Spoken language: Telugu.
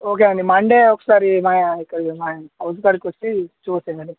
ఓకే అండి మండే ఒకసారి మా ఇక్కడికి మా హౌస్ కాడకి వచ్చి చూసి వెళ్లండి